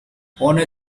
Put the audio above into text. honour